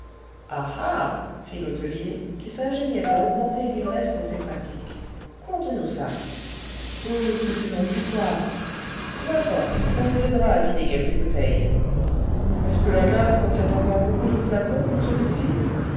fit l'hôtelier qui s'ingéniait à augmenter l'ivresse de ses pratiques conte-nous ça oh c'est une longue histoire n'importe ça nous aidera à vider quelques bouteilles est-ce que la cave contient encore beaucoup de flacons comme celui-ci